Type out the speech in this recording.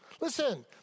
Listen